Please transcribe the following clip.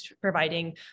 providing